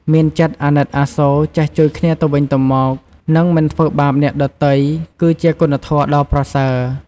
មានចិត្តអាណិតអាសូរ ចេះជួយគ្នាទៅវិញទៅមក និងមិនធ្វើបាបអ្នកដទៃ គឺជាគុណធម៌ដ៏ប្រសើរ។